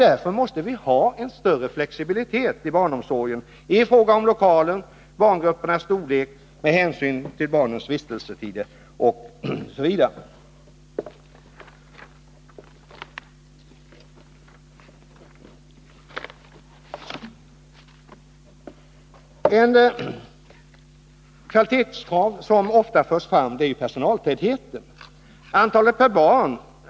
Därför måste vi ha större flexibilitet i barnomsorgen i fråga om lokaler och barngruppernas storlek, bl.a. med hänsyn till barnens vistelsetider osv. Ett kvalitetskrav som ofta förs fram gäller personaltätheten.